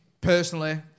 personally